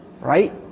right